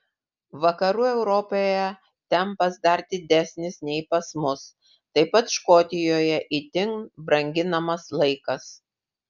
vakarų europoje tempas dar didesnis nei pas mus taip pat škotijoje itin branginamas laikas